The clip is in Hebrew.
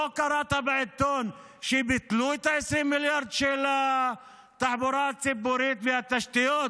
לא קראת בעיתון שביטלו את ה-20 מיליארד של התחבורה הציבורית והתשתיות?